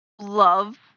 Love